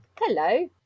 Hello